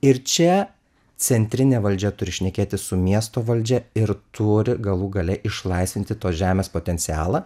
ir čia centrinė valdžia turi šnekėtis su miesto valdžia ir turi galų gale išlaisvinti tos žemės potencialą